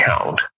account